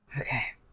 Okay